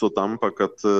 sutampa kad